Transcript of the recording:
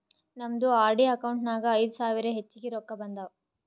ನಮ್ದು RD account ನಾಗ್ ಐಯ್ದ ಸಾವಿರ ಹೆಚ್ಚಿಗೆ ರೊಕ್ಕಾ ಬಂದಾವ್